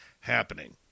happening